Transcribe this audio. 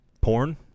porn